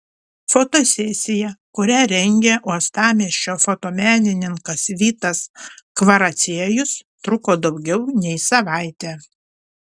fotosesija kurią rengė uostamiesčio fotomenininkas vytas kvaraciejus truko daugiau nei savaitę